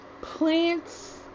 plants